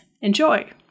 Enjoy